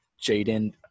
Jaden